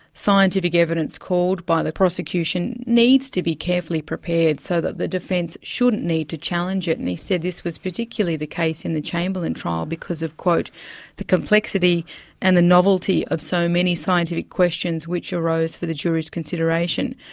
scientific evidence called by the prosecution needs to be carefully prepared so that the defence shouldn't need to challenge it, and he said this was particularly the case in the chamberlain trial because of the complexity and the novelty of so many scientific questions which arose for the jury's consideration.